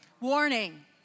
Warning